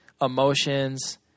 emotions